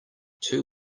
two